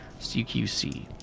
CQC